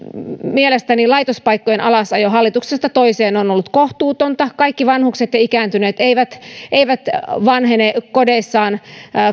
mielestäni laitospaikkojen alasajo hallituksesta toiseen on on ollut kohtuutonta kaikki vanhukset ja ikääntyneet eivät eivät vanhene kodeissaan